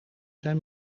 zijn